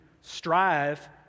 strive